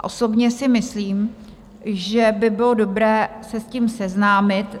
Osobně si myslím, že by bylo dobré se s tím seznámit.